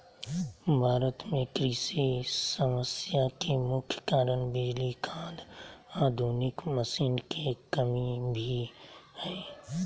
भारत में कृषि समस्या के मुख्य कारण बिजली, खाद, आधुनिक मशीन के कमी भी हय